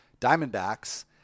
Diamondbacks